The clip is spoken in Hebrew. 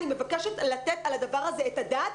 אני מבקשת לתת על הדבר הזה על הדעת.